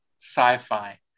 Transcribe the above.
sci-fi